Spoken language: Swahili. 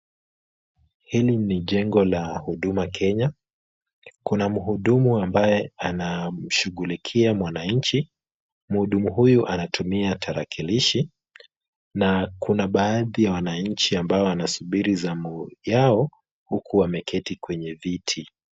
Hii ni jengo la Huduma Kenya. Kuna mhudumu ambaye anamshughulikia mwananchi. Mhudumu huyu anatumia tarakilishi na kuna baadhi ya wananchi ambao wanasubiri zamu yao huku wameketi kwenye viti.